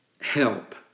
help